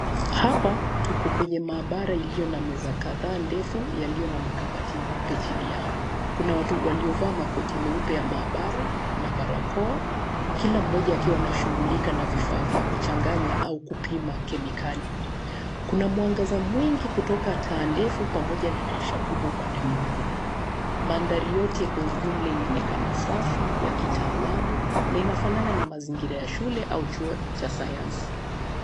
Hapa tuko kwenye maabara iliyo na meza kadhaa ndefu yaliyo na makabati meupe chini yao. Kuna watu waliovaa makoti meupe ya maabara na barakoa. Kila mmoja akiwa anashughulika na vifaa vya kuchanganya au kupima kemikali. Kuna mwangaza mwingine kutoka taa ndefu pamoja na dirisha kubwa upande mmoja. Mandhari yote kwa ujumla inaonekana safi ya kitaalmu na inafanana na mazingira ya shule au chuo cha Sayansi.